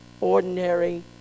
ordinary